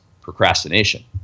procrastination